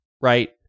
right